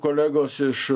kolegos iš